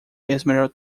emerald